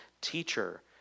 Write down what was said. teacher